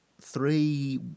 three